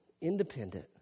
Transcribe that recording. independent